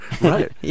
Right